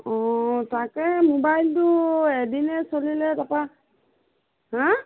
অঁ তাকে মোবাইলটো এদিনহে চলিলে তাৰপৰা হা